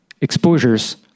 exposures